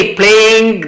playing